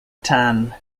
tan